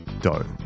dough